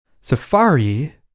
Safari